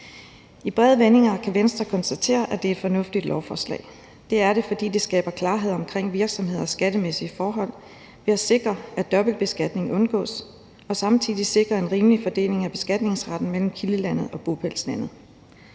I brede vendinger kan Venstre konstatere, at det er et fornuftigt lovforslag. Det er det, fordi det skaber klarhed omkring virksomheders skattemæssige forhold ved at sikre, at dobbeltbeskatning undgås, og samtidig sikre en rimelig fordeling af beskatningsretten mellem kildelandet og bopælslandet.